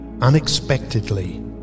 unexpectedly